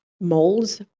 molds